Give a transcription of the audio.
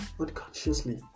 unconsciously